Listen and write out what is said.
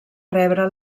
rebre